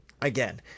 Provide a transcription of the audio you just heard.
again